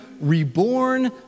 reborn